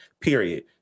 period